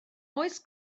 oes